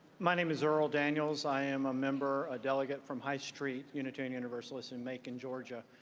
my name is earl daniels. i am a member, a delegate from high street unitarian universalist in macon, georgia.